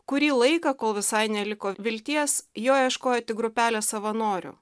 kurį laiką kol visai neliko vilties jo ieškojo tik grupelė savanorių